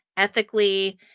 ethically